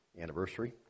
anniversary